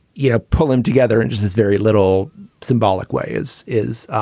you know, pull him together. and just this very little symbolic way, as is,